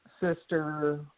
sister